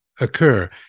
occur